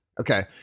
Okay